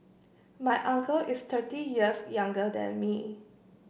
my uncle is thirty years younger than me